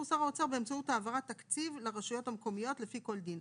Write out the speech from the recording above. שר האוצר באמצעות העברת תקציב לרשויות המקומיות לפי כל דין".